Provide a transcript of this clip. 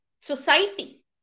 society